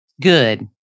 Good